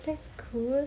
that's cool